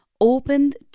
opened